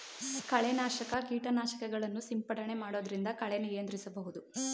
ಕಳೆ ನಾಶಕ ಕೀಟನಾಶಕಗಳನ್ನು ಸಿಂಪಡಣೆ ಮಾಡೊದ್ರಿಂದ ಕಳೆ ನಿಯಂತ್ರಿಸಬಹುದು